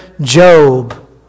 Job